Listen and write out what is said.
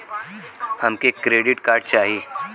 हमके credit card चाही